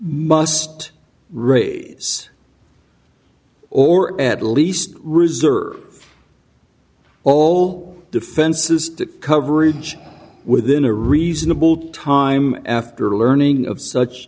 must raise or at least reserve all defenses that coverage within a reasonable time after learning of such